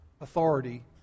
authority